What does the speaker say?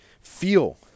feel